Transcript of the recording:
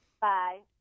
Bye